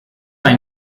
ein